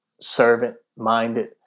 servant-minded